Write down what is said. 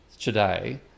today